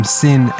sin